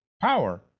power